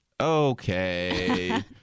okay